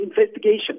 investigation